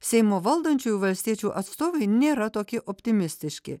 seimo valdančiųjų valstiečių atstovai nėra tokie optimistiški